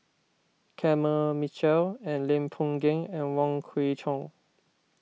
Kenneth Mitchell and Lim Boon Keng and Wong Kwei Cheong